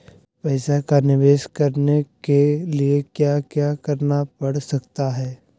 पैसा का निवेस करने के लिए क्या क्या करना पड़ सकता है?